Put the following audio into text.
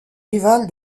rival